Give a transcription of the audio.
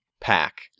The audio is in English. pack